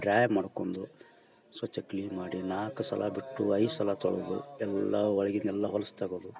dry ಮಾಡ್ಕೊಂದು ಸ್ವಚ್ಛ clean ಮಾಡಿ ನಾಲ್ಕು ಸಲಾ ಬಿಟ್ಟು ಐದು ಸಲ ತೊಳದು ಎಲ್ಲಾ ಒಳಗಿನ ಎಲ್ಲ ಹೊಲ್ಸು ತಗದು